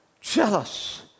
jealous